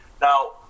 Now